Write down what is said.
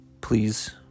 Please